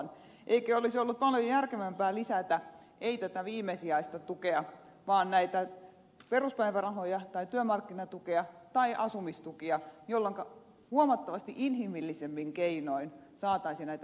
eikö olisi ollut paljon järkevämpää lisätä ei tätä viimesijaista tukea vaan näitä peruspäivärahoja tai työmarkkinatukea tai asumistukia jolloinka huomattavasti inhimillisemmin keinoin saataisiin näitä perheitä autettua